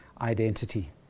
identity